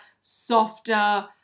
softer